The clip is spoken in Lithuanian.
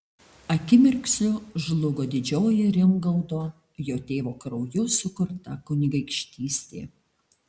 akimirksniu žlugo didžioji rimgaudo jo tėvo krauju sukurta kunigaikštystė